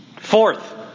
Fourth